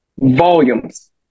Volumes